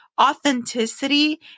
authenticity